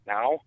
Now